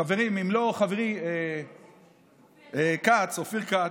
חברים, אם לא חברי כץ, אופיר כץ,